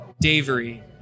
Davery